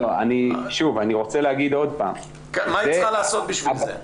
מה היא צריכה לעשות בשביל זה?